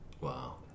Wow